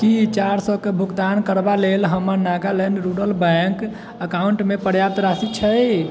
की चारि सए कऽ भुगतान करबा लेल हमर नागालैंड रूरल बैंक अकाउंटमे पर्याप्त राशि छै